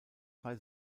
drei